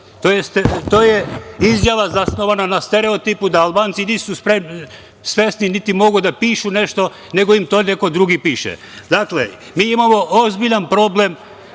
To je izjava zasnovana na stereotipu da Albanci nisu svesni, niti mogu da pišu nešto, nego im to neko drugi piše. Dakle, mi imamo ozbiljan problem